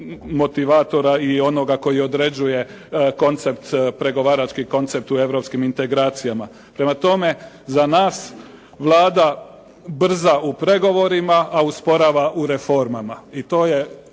motivatora i onoga koji određuje koncept, pregovarački koncept u Europskim integracijama. Prema tome, za nas Vlada brza u pregovorima a usporava u reformama